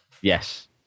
Yes